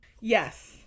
Yes